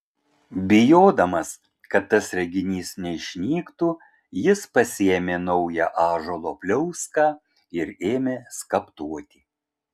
bijodamas kad tas reginys neišnyktų jis pasiėmė naują ąžuolo pliauską ir ėmė skaptuoti